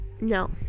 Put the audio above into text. no